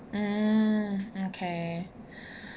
mm okay